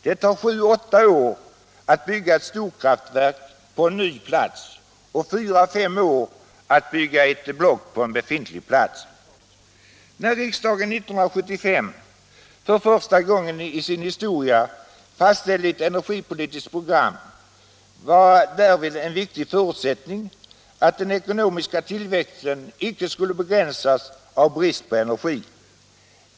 Det tar 7 å 8 år att bygga ett storkraftverk på en ny plats och 4 å 5 år att bygga ett block på en befintlig plats. När riksdagen 1975 för första gången i sin historia fastställde ett energipolitiskt program var det en viktig förutsättning att den ekonomiska tillväxten inte skulle begränsas av brist på energi.